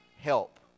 help